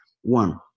One